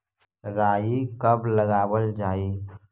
राई कब लगावल जाई?